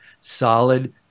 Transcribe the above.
solid